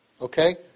Okay